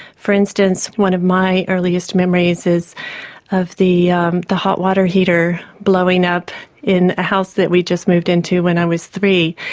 for instance one of my earliest memories is of the the hot water heater blowing up in a house that we'd just moved in to when i was just three,